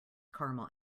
caramel